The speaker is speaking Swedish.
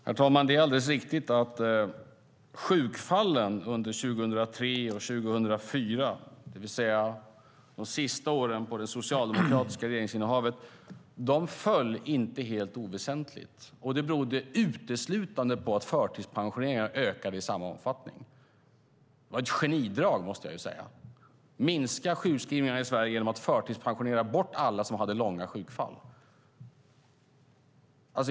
Herr talman! Det är alldeles riktigt att antalet sjukfall föll inte helt oväsentligt under 2003 och 2004, det vill säga de sista åren av det socialdemokratiska regeringsinnehavet. Det berodde uteslutande på att förtidspensioneringarna ökade i samma omfattning. Jag måste säga att det var ett genidrag. Man minskade sjukskrivningarna i Sverige genom att förtidspensionera bort alla långa sjukfall.